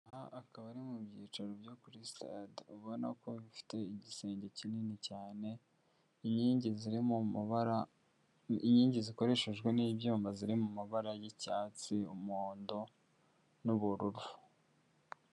Akaba ari mu byicaro byo kuri sitade ubona ko bifite igisenge kinini cyane inkingi ziri mu mabara, inkingi zikoreshejwe n'ibyuma ziri mu mabara y'icyatsi, umuhondo n'ubururu.